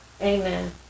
Amen